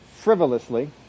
frivolously